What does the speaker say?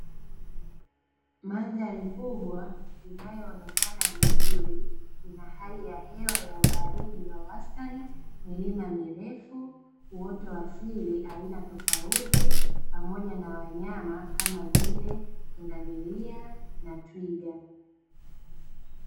Mandhari kubwa inayoonekana vizuri ina hali ya hewa ya ubaridi wa wastani, milima mirefu, uoto asili aina tofauti pamoja na wanyama, kama vile; pundamilia na twiga.